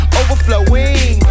overflowing